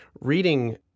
reading